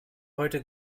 heute